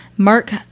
Mark